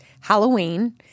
Halloween